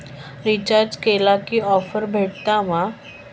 Recharge केला की offers भेटात मा?